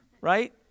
right